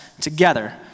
together